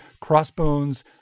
Crossbones